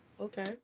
okay